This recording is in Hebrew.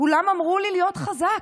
כולם אמרו לי להיות חזק,